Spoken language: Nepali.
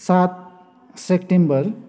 सात सेप्टेम्बर